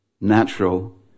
natural